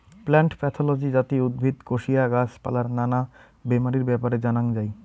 plant pathology যাতি উদ্ভিদ, কোশিয়া, গাছ পালার নানা বেমারির ব্যাপারে জানাঙ যাই